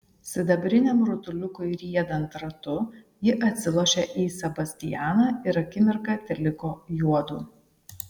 sidabriniam rutuliukui riedant ratu ji atsilošė į sebastianą ir akimirką teliko juodu